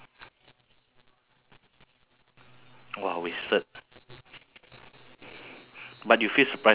mm then for myself uh I still remember that was during my sixteen or seventeen ah